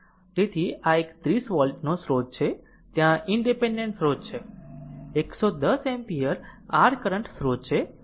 તેથી આ એક 30 વોલ્ટ નો સ્રોત છે ત્યાં ઇનડીપેન્ડેન્ટ સ્રોત છે 110 એમ્પીયર r કરંટ સ્રોત છે